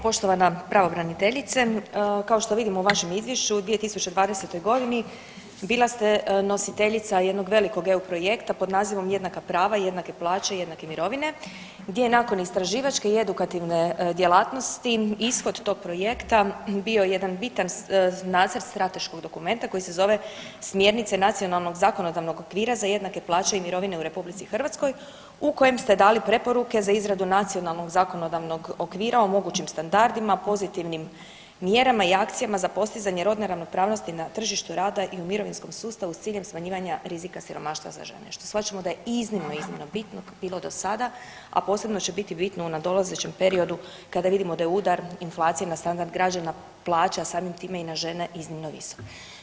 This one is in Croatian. Poštovana pravobraniteljice, kao što vidimo u vašem izvješću u 2020. godini bila ste nositeljica jednog velikog EU projekta pod nazivom Jednaka prava, jednake plaće, jednake mirovine gdje je nakon istraživačke i edukativne djelatnosti ishod tog projekta bio jedan bitan nacrt strateškog dokumenta koji se zove Smjernice nacionalnog zakonodavnog okvira za jednake plaće i mirovine u RH, u kojem ste dali preporuke za izradu nacionalnog zakonodavnog okvira o mogućim standardima, pozitivnim mjerama i akcijama za postizanje rodne ravnopravnosti na tržištu rada i mirovinskom sustavu sa ciljem smanjivanja rizika siromaštva za žene što shvaćamo da je iznimno, iznimno biti bilo do sada, a posebno će biti bitno u nadolazećem periodu kada vidimo da je udar inflacije na standard građana plaća, a samim time i na žene iznimno visok.